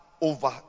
over